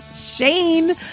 shane